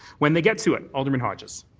when they get to it. alderman hodges.